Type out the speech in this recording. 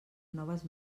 noves